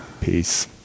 peace